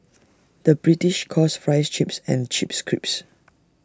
the British calls Fries Chips and Chips Crisps